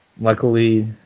luckily